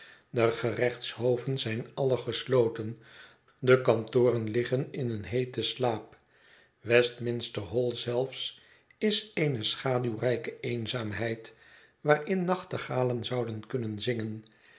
de gerechtshoven zijn allen gesloten de kantoren liggen in een heeten slaap westminster haïl zelfs is eene schaduwrijke eenzaamheid waarin nachtegalen zouden kunnen zingen